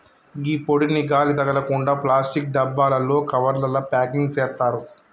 గీ పొడిని గాలి తగలకుండ ప్లాస్టిక్ డబ్బాలలో, కవర్లల ప్యాకింగ్ సేత్తారు